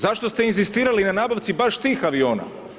Zašto ste inzistirali na nabavci baš tih aviona?